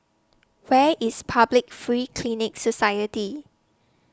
Where IS Public Free Clinic Society